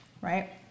Right